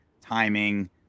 timing